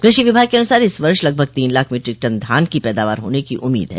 कृषि विभाग के अनुसार इस वर्ष लगभग तीन लाख मीट्रिक टन धान की पैदावार होने की उम्मीद है